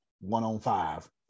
one-on-five